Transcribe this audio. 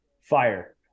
fire